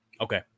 Okay